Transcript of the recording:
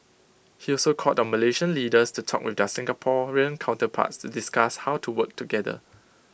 he also called on Malaysian leaders to talk with their Singaporean counterparts to discuss how to work together